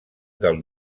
del